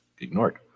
ignored